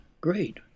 great